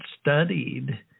studied